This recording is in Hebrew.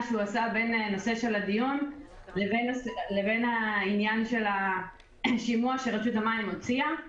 שהוא עשה בין נושא הדיון לבין העניין של השימוע שרשות המים הוציאה.